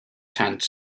tents